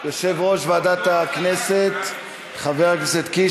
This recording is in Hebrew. יושב-ראש ועדת הכנסת חבר הכנסת קיש,